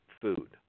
food